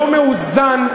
לא מאוזן,